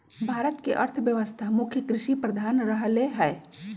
भारत के अर्थव्यवस्था मुख्य कृषि प्रधान रहलै ह